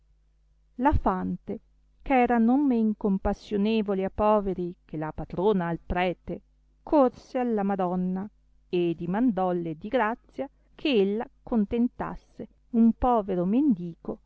la fante ch'era non men compassionevole a poveri che la patrona al prete corse alla madonna e dimandolle di grazia che ella contentasse un povero mendico